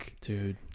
dude